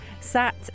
Sat